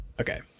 Okay